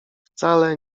wcale